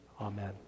amen